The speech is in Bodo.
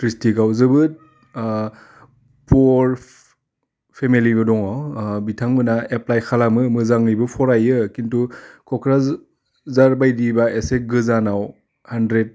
डिस्ट्रिक्टआव जोबोद फुवर फेमेलिबो दङ बिथांमोना एप्लाइ खालामो मोजाङैबो फरायो खिन्थु क'क्राझार बायदिबा एसे गोजानाव हान्ड्रेड